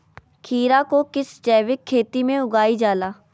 खीरा को किस जैविक खेती में उगाई जाला?